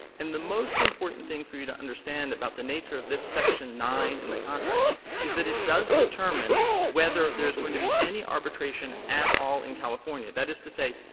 and the most important thing for you to understand about the nature of this section nine in the contract is that it does determine whether there is going to be any arbitration at all in california. that is to say,